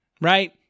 Right